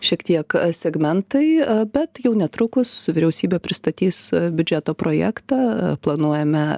šiek tiek segmentai bet jau netrukus vyriausybė pristatys biudžeto projektą planuojame